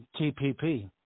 TPP